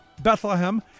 Bethlehem